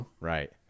right